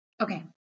Okay